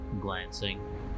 glancing